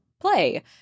play